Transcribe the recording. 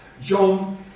John